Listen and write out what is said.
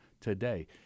today